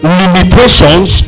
limitations